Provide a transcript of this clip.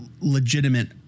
legitimate